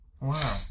Wow